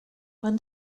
when